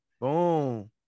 Boom